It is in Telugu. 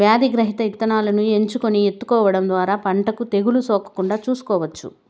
వ్యాధి రహిత ఇత్తనాలను ఎంచుకొని ఇత్తుకోవడం ద్వారా పంటకు తెగులు సోకకుండా చూసుకోవచ్చు